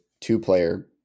two-player